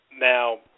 Now